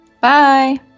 Bye